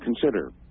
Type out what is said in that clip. consider